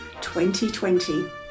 2020